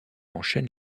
enchaîne